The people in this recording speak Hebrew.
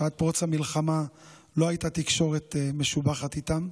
כשעד פרוץ המלחמה לא הייתה תקשורת משובחת איתם.